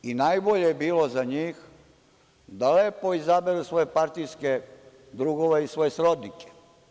Najbolje je bilo za njih da lepo izaberu svoje partijske drugove i svoje srodnike.